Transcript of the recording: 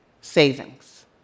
savings